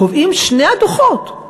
קובעים שני הדוחות,